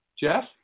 Jeff